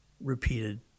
repeated